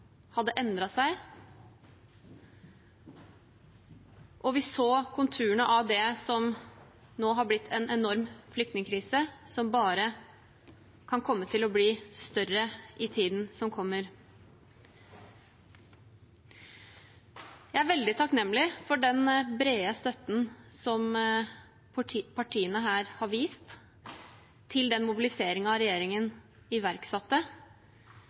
hadde endret seg, og vi så konturene av det som nå har blitt en enorm flyktningkrise, som bare kan komme til å bli større i tiden som kommer. Jeg er veldig takknemlig for den brede støtten som partiene her har vist til mobiliseringen regjeringen iverksatte